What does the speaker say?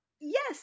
yes